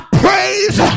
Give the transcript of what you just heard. praise